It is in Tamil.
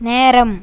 நேரம்